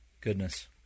Goodness